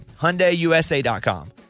HyundaiUSA.com